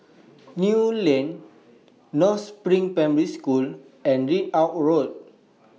Kew Lane North SPRING Primary School and Ridout Road